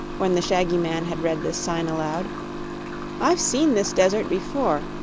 when the shaggy man had read the sign aloud i've seen this desert before,